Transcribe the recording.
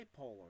bipolar